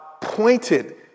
pointed